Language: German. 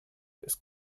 ist